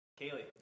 Kaylee